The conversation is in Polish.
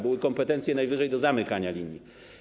Były kompetencje najwyżej do zamykania linii.